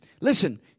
Listen